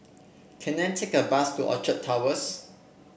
can I take a bus to Orchard Towers